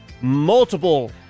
multiple